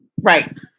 Right